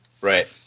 Right